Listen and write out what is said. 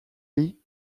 lee